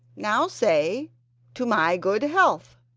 now say to my good health!